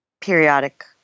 periodic